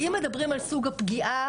ואם מדברים על סוג הפגיעה,